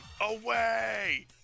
Away